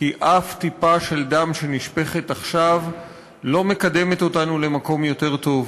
כי אף טיפה של דם שנשפכת עכשיו לא מקדמת אותנו למקום יותר טוב.